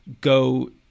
go